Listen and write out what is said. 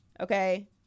okay